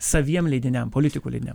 saviem leidiniam politikų leidiniam